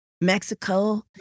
Mexico